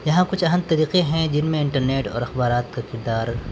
یہاں کچھ اہم طریقے ہیں جن میں انٹرنیٹ اور اخبارات کا کردار